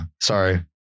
sorry